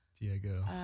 Diego